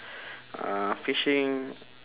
uh fishing